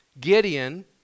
Gideon